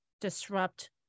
disrupt